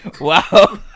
Wow